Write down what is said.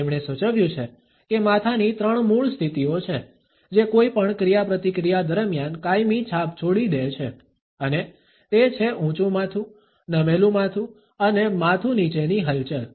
તેમણે સૂચવ્યું છે કે માથાની ત્રણ મૂળ સ્થિતિઓ છે જે કોઈપણ ક્રિયાપ્રતિક્રિયા દરમિયાન કાયમી છાપ છોડી દે છે અને તે છે ઊંચું માથું નમેલું માથું અને માથું નીચેની હલચલ